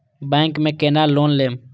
Bank में केना loan लेम?